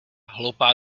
hloupá